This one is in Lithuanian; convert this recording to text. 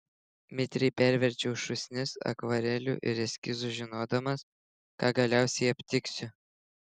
mitriai perverčiau šūsnis akvarelių ir eskizų žinodamas ką galiausiai aptiksiu